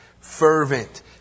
fervent